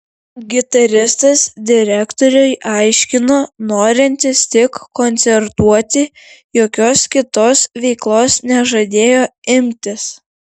gitaristas direktoriui aiškino norintis tik koncertuoti jokios kitos veiklos nežadėjo imtis